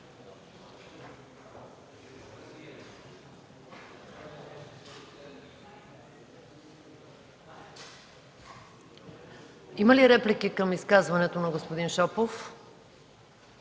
Има ли реплики към изказването на господин Шопов?